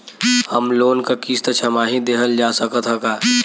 Home loan क किस्त छमाही देहल जा सकत ह का?